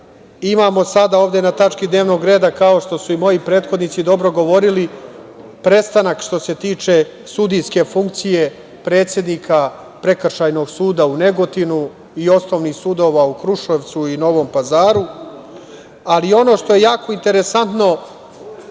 sada ovde na tački dnevnog reda, kao što su i moji prethodnici dobro govorili, prestanak što se tiče sudijske funkcije predsednika Prekršajnog suda u Negotinu i osnovnih sudova u Kruševcu i Novom Pazaru. Ali ono što je jako interesantno,